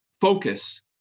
focus